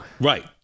Right